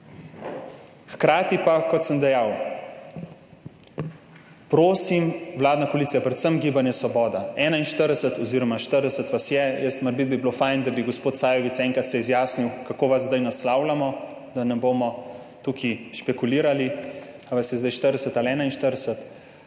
Hkrati pa, kot sem dejal, prosim, vladna koalicija, predvsem Gibanje svoboda, 41 oziroma 40 vas je, morebiti bi bilo fajn, da bi se gospod Sajovic enkrat izjasnil, kako vas zdaj naslavljamo, da ne bomo tukaj špekulirali, ali vas je zdaj 40 ali 41,